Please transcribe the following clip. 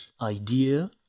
idea